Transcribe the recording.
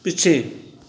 ਪਿੱਛੇ